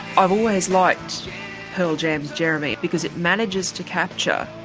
i've always liked pearl jam's jeremy, because it manages to capture,